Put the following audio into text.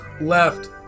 Left